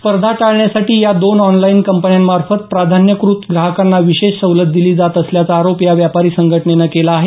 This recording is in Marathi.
स्पर्धा टाळण्यासाठी या दोन ऑनलाईन कंपन्यांमार्फत प्राधान्यकृत ग्राहकांना विशेष सवलत दिली जात असल्याचा आरोप या व्यापारी संघटनेनं केला आहे